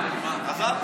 השרה,